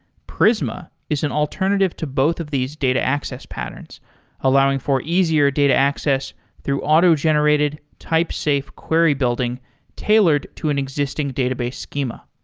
prisma is an alternative to both of these data access patterns allowing for easier data access through auto generated type-safe query building tailored to an existing database schema.